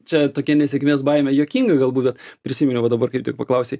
čia tokia nesėkmės baimė juokinga galbūt bet prisiminiau va dabar kaip tik paklausei